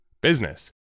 business